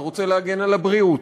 להגן על הבריאות,